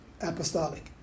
apostolic